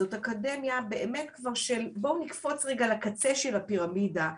זאת אקדמיה שבאמת בואו נקפוץ רגע לקצה של הפירמידה,